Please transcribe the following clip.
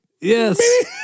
Yes